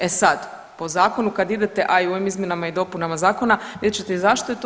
E sad, po zakonu kad idete, a i u ovim izmjenama i dopunama zakona vidjet ćete i zašto je to.